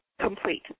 Complete